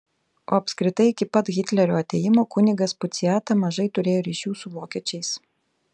o apskritai iki pat hitlerio atėjimo kunigas puciata mažai turėjo ryšių su vokiečiais